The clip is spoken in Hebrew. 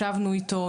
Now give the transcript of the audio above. ישבנו איתם,